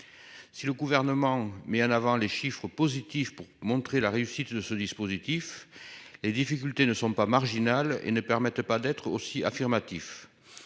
Si le gouvernement met en avant les chiffres positifs pour montrer la réussite de ce dispositif. Les difficultés ne sont pas marginales et ne permettent pas d'être aussi affirmatif.